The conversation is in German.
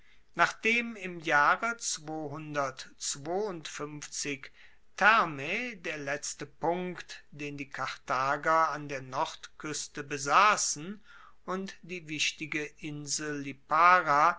nachdem im jahre thermae der letzte punkt den die karthager an der nordkueste besassen und die wichtige insel lipara